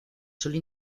suelo